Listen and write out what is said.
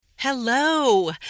Hello